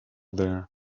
there